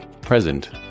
present